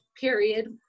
period